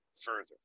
further